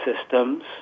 systems